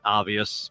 obvious